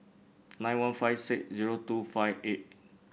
nine one five six zero two five eight